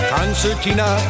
Concertina